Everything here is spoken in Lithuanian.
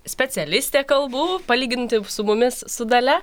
specialistė kalbų palyginti su mumis su dalia